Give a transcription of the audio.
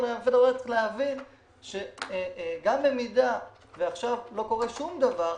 להבין שגם אם לא קורה עכשיו שום דבר,